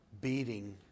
beating